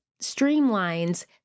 streamlines